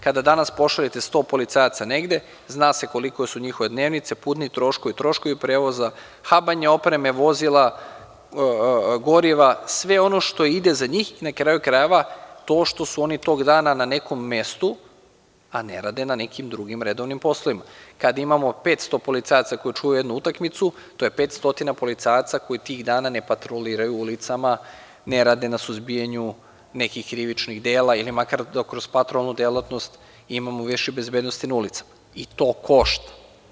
Kada danas pošaljete 100 policajaca negde, zna se koliko su njihove dnevnice, putni troškovi prevoza, habanje opreme, vozila, goriva, sve ono što ide za njih, na kraju krajeva, to što su oni tog dana na nekom mestu, a ne rade na nekim drugim redovnim poslovima, kada imamo 500 policajaca koji čuvaju jednu utakmicu, to je pet stotina policajaca koji tih dana ne patroliraju ulicama, ne rade na suzbijanju nekih krivičnih dela ili makar da kroz patronalnu delatnost imamo više bezbednosti na ulicama i to košta.